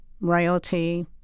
Royalty